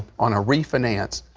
on a refinance,